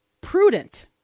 prudent